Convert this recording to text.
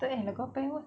tak eh lagu apa eh